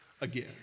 again